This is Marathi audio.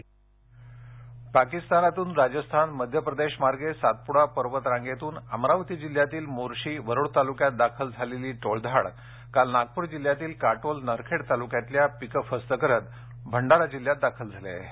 टोळधाड भंडारा अमरावती पाकीस्तानातून राजस्थान मध्यप्रदेश मार्गे सातपुडा पर्वत रांगेतून अमरावती जिल्ह्यातील मोर्शी वरुड तालुक्यात दाखल झालेली टोळधाड काल नागपूर जिल्ह्यातील काटोल नरखेड तालुक्यातील पिकं फस्त करत भंडारा जिल्ह्यात दाखल झाली आहे